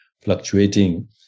fluctuating